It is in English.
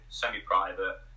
semi-private